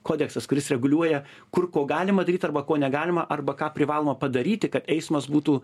kodeksas kuris reguliuoja kur ko galima daryt arba ko negalima arba ką privaloma padaryti kad eismas būtų